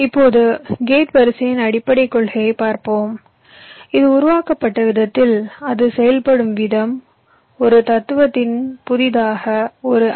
இப்போது கேட் வரிசையின் அடிப்படைக் கொள்கையைப் பார்ப்போம் இது உருவாக்கப்பட்ட விதத்தில் அது செயல்படும் விதம் ஒரு தத்துவத்தின் புதிதாக ஒரு ஐ